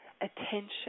attention